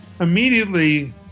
immediately